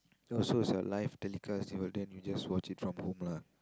oh so it's a live telecast it will then you just watch it from home lah